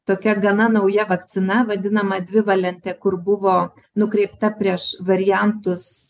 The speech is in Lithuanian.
tokia gana nauja vakcina vadinama dvivalentė kur buvo nukreipta prieš variantus